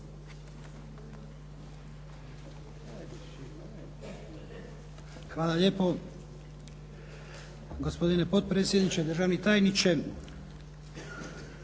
Hvala lijepo gospodine potpredsjedniče, državni tajniče.